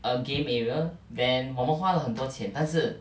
a game area then 我们花了很多钱但是